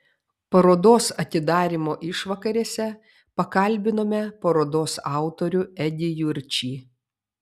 parodos atidarymo išvakarėse pakalbinome parodos autorių edį jurčį